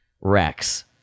rex